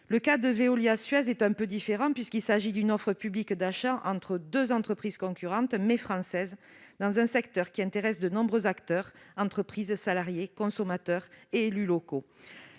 Le cas de Veolia-Suez est un peu différent, puisqu'il s'agit d'une offre publique d'achat entre deux entreprises concurrentes, mais françaises, dans un secteur qui intéresse de nombreux acteurs : entreprises, salariés, consommateurs et élus locaux.